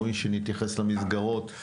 ראוי שנתייחס למסגרות.